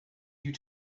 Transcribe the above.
you